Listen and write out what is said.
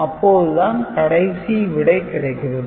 அப்போதுதான் கடைசி விடை கிடைக்கிறது